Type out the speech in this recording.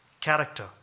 Character